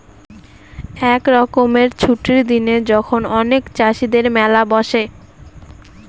এক রকমের ছুটির দিনে যখন অনেক চাষীদের মেলা বসে